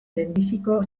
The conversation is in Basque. lehenbiziko